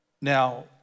Now